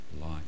life